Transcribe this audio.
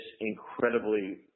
incredibly